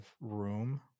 room